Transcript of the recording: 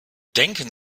denken